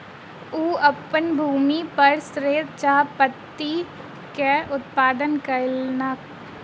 ओ अपन भूमि पर श्वेत चाह पत्ती के उत्पादन कयलैन